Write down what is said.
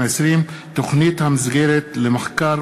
בוועדת הכלכלה לקראת קריאה שנייה